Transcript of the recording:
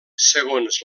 segons